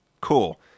Cool